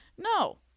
no